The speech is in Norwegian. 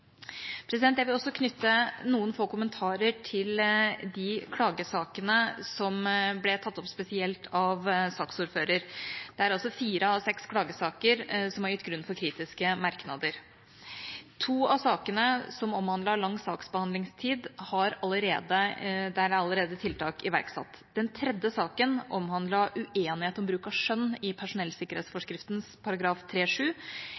Jeg vil også knytte noen få kommentarer til de klagesakene som ble tatt opp spesielt av saksordføreren. Det er altså fire av seks klagesaker som har gitt grunn for kritiske merknader. I to av sakene som omhandlet lang saksbehandlingstid, er tiltak allerede iverksatt. Den tredje saken omhandlet uenighet om bruk av skjønn i